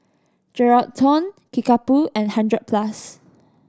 Geraldton Kickapoo and Hundred Plus